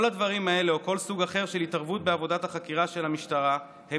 כל הדברים האלה או כל סוג אחר של התערבות בעבודת החקירה של המשטרה הם